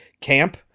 camp